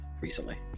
recently